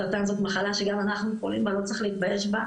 סרטן זאת מחלה שגם אנחנו חולים בה ולא צריך להתבייש בה.